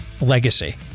legacy